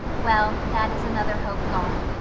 well, that is another hope gone.